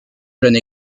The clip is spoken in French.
jeune